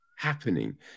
happening